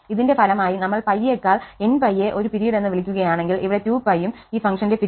ഇതിന്റെ ഫലമായി നമ്മൾ π യെക്കാൾ nπ യെ ഒരു പിരീഡ് എന്ന് വിളിക്കുകയാണെങ്കിൽ ഇവിടെ 2π യും ഈ ഫംഗ്ഷന്റെ പിരീഡാണ്